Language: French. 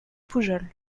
poujols